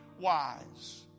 wise